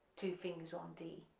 two fingers on d,